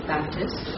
Baptist